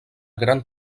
gran